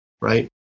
right